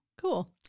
cool